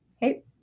Hey